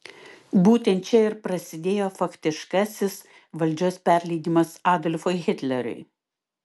būtent čia ir prasidėjo faktiškasis valdžios perleidimas adolfui hitleriui